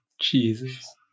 Jesus